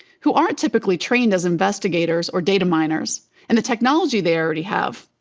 who aren't typically trained as investigators or data miners, and the technology they already have,